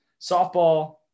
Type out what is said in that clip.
Softball